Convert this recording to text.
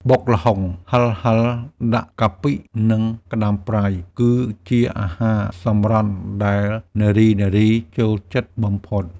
បុកល្ហុងហិរៗដាក់កាពិ និងក្តាមប្រៃ គឺជាអាហារសម្រន់ដែលនារីៗចូលចិត្តបំផុត។